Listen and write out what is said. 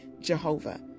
Jehovah